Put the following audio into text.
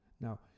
Now